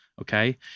Okay